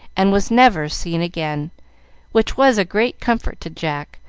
and was never seen again which was a great comfort to jack,